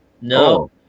No